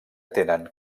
tenen